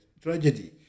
tragedy